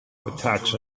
attacks